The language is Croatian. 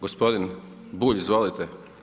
Gospodin Bulj, izvolite.